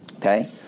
Okay